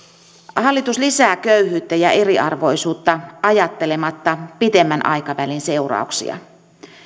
hallitus lisää köyhyyttä ja eriarvoisuutta ajattelematta pidemmän aikavälin seurauksia